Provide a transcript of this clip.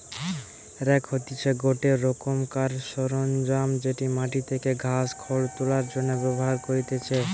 rake হতিছে গটে রোকমকার সরঞ্জাম যেটি মাটি থেকে ঘাস, খড় তোলার জন্য ব্যবহার করতিছে